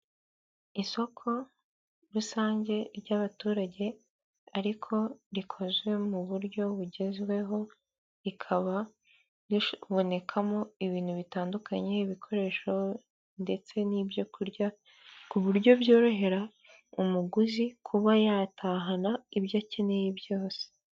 Isoko rusange ry'abaturage ariko rikoze mu buryo bugezweho, rikaba ribonekamo ibintu bitandukanye, ibikoresho ndetse n'ibyo kurya ku buryo byorohera umuguzi kuba yatahana ibyo akeneye byose.